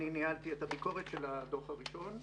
אני ניהלתי את הביקורת של הדוח הראשון.